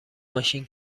ماشین